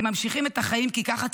הם ממשיכים את החיים כי ככה צריך,